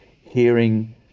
hearing